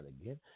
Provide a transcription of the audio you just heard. again